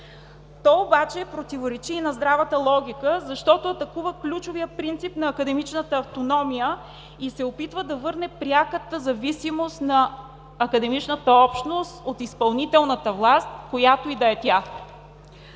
То обаче противоречи и на здравата логика, защото атакува ключовия принцип на академичната автономия и се опитва да върне пряката зависимост на академичната общност от изпълнителната власт, която и да е тя.